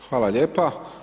Hvala lijepa.